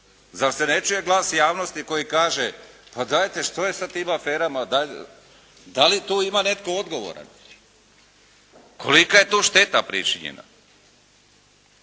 Zar se ne čuje glas javnosti koji kaže pa dajte, što je sa tim aferama? Da li tu ima netko odgovoran? Kolika je tu šteta pričinjena?